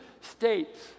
states